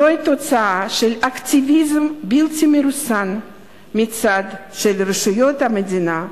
זוהי תוצאה של אקטיביזם בלתי מרוסן מצד רשויות המדינה,